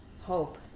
hope